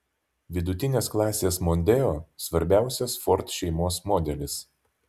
vidutinės klasės mondeo svarbiausias ford šeimos modelis